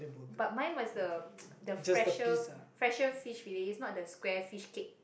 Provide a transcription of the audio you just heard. but mine was the the fresher fresher fish fillet is not the square fishcake